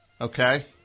Okay